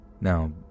Now